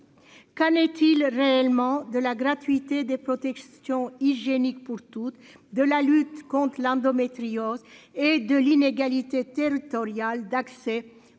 qu'en est-il réellement de la gratuité des protections hygiéniques pour toute de la lutte contre l'endométriose et de l'inégalité territoriale d'accès